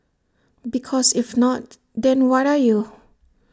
because if not then what are you